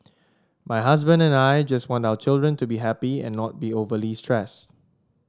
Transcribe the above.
my husband and I just want our children to be happy and not be overly stressed